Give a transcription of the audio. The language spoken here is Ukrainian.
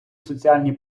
соціальні